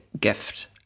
gift